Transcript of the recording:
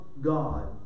God